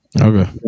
Okay